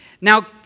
Now